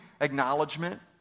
acknowledgement